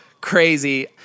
crazy